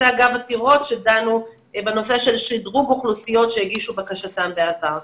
זה אגב עתירות שדנו בנושא של שדרוג אוכלוסיות שהגישו בקשתן בעבר.